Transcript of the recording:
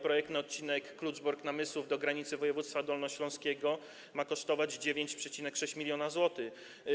Projekt na odcinek Kluczbork - Namysłów do granicy województwa dolnośląskiego ma kosztować 9,6 mln zł.